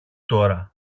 τώρα